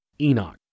Enoch